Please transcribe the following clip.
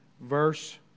Verse